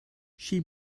she